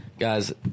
Guys